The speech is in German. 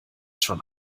schon